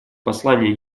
послание